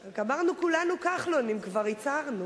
כי אמרנו, כולנו כחלונים כבר, הצהרנו.